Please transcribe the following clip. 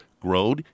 grown